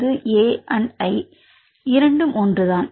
அங்கே A and I உள்ளது இரண்டும் ஒன்றுதான்